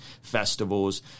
festivals